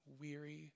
weary